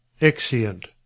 Exeunt